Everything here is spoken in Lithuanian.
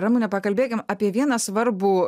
ramune pakalbėkim apie vieną svarbų